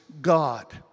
God